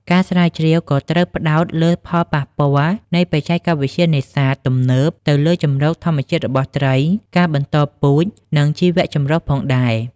ការស្រាវជ្រាវក៏ត្រូវផ្តោតលើផលប៉ះពាល់នៃបច្ចេកវិទ្យានេសាទទំនើបទៅលើជម្រកធម្មជាតិរបស់ត្រី ការបន្តពូជ និងជីវចម្រុះផងដែរ។